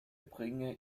bringe